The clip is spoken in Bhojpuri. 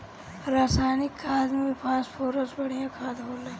रासायनिक खाद में फॉस्फोरस बढ़िया खाद होला